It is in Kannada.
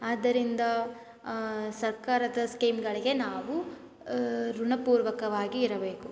ಆದ್ದರಿಂದ ಸರ್ಕಾರದ ಸ್ಕೀಮುಗಳಿಗೆ ನಾವು ಋಣಪೂರ್ವಕವಾಗಿ ಇರಬೇಕು